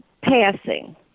passing